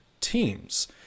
Teams